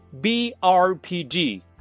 BRPG